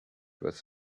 with